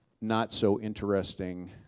not-so-interesting